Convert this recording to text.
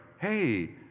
hey